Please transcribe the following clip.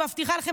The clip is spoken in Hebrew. אני מבטיחה לכם,